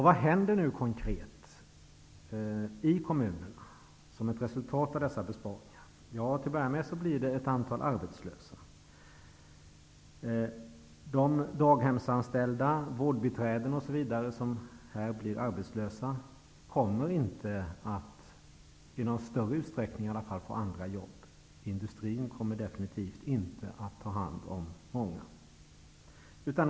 Vad händer nu konkret i kommunerna som ett resultat av dessa besparingar? Till att börja med blir ett antal människor arbetslösa. De daghemsanställda, vårdbiträden, osv. som på detta sätt blir arbetslösa kommer inte, i alla fall inte i någon större utsträckning, att få andra jobb. Industrin kommer definitivt inte att ta hand om många.